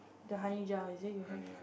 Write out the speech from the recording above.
the honey jar is it you have